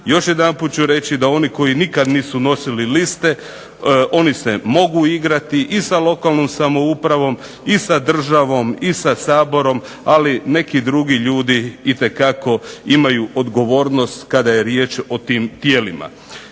Još jedanput ću reći da oni koji nikad nisu nosili liste oni se mogu igrati i sa lokalnom samoupravom i sa državom i sa Saborom, ali neki drugi ljudi itekako imaju odgovornost kada je riječ o tim tijelima.